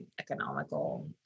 economical